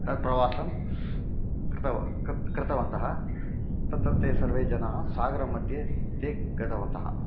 तत् प्रवासं कृत्वा कृतं कृतवन्तः तत्तत् ते सर्वे जनाः सागरं मध्ये ते गतवन्तः